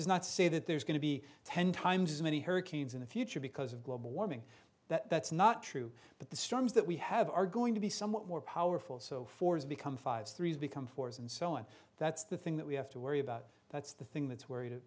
is not say that there's going to be ten times as many hurricanes in the future because of global warming that's not true but the storms that we have are going to be somewhat more powerful so forth become five threes become fours and so on that's the thing that we have to worry about that's the thing that's where